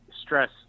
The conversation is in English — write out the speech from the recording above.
stress